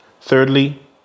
Thirdly